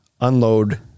unload